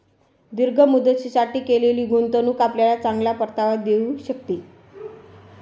दीर्घ मुदतीसाठी केलेली गुंतवणूक आपल्याला चांगला परतावा देऊ शकते